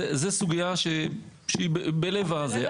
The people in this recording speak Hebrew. זו סוגיה שהיא בלב הזה.